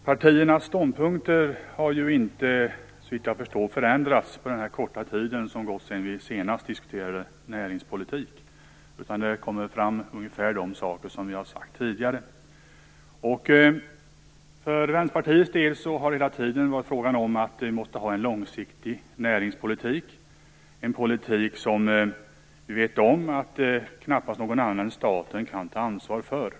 Fru talman! Partiernas ståndpunkter har såvitt jag förstår inte förändrats under den korta tid som gått sedan vi senast diskuterade näringspolitik. Det som kommit fram är ungefär samma saker som vi har sagt tidigare. För Vänsterpartiets del har det hela tiden varit fråga om att vi måste ha en långsiktig näringspolitik. Det är en politik som vi vet att knappast någon annan än staten kan ta ansvar för.